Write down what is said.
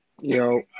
Yo